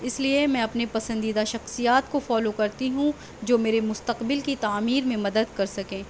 اس لیے میں اپنی پسندیدہ شخصیات کو فالو کرتی ہوں جو میرے مستقبل کی تعمیر میں مدد کر سکیں